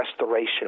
restoration